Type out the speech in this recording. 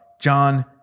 John